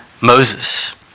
Moses